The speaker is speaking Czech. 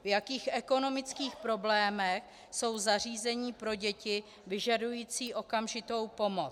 V jakých ekonomických problémech jsou zařízení pro děti vyžadující okamžitou pomoc.